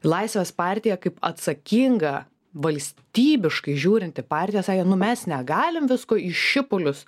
laisvės partija kaip atsakinga valstybiškai žiūrinti partija sakė nu mes negalim visko į šipulius